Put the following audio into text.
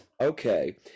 Okay